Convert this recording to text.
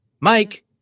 Mike